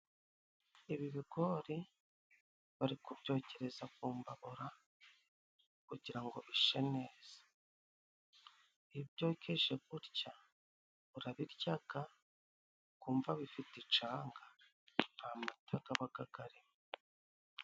Ibi bigori bari kubyokereza ku mbabura, kugira ngo bishe neza. Iyo ubyokeje gutya, urabiryaga, ukumva bifite icanga, nta mata gabaga garimo.